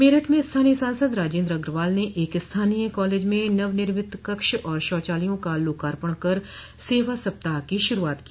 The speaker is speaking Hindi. मेरठ में स्थानीय सांसद राजेन्द्र अग्रवाल ने एक स्थानीय कॉलेज में नवनिर्मित कक्ष और शौचालया का लोकार्पण कर सेवा सप्ताह की शुरूआत की